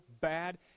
bad